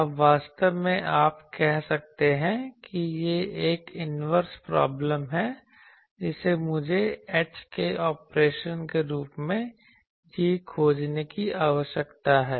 अब वास्तव में आप कह सकते हैं यह एक इनवरस प्रॉब्लम है जिसे मुझे h के ऑपरेशन के रूप में g खोजने की आवश्यकता है